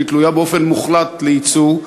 שתלויה באופן מוחלט בייצוא,